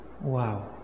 Wow